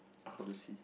publicy